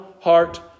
heart